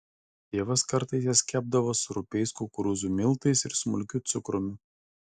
tėvas kartais jas kepdavo su rupiais kukurūzų miltais ir smulkiu cukrumi